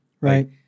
Right